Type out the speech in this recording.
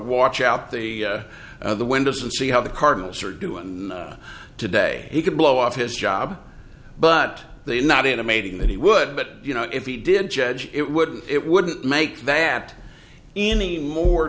watch out the the windows and see how the cardinals are doing today he could blow off his job but they are not intimating that he would but you know if he did judge it would it wouldn't make that any more